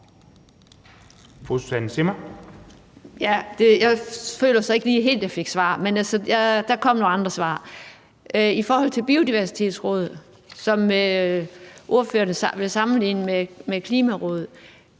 Jeg føler så ikke lige, at jeg helt fik svar. Men der kom nogle andre svar. I forhold til Biodiversitetsrådet, som ordføreren vil sammenligne med Klimarådet,